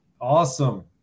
Awesome